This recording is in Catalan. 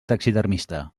taxidermista